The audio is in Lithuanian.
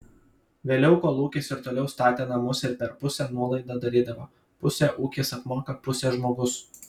vėliau kolūkis ir toliau statė namus ir per pusę nuolaidą darydavo pusę ūkis apmoka pusę žmogus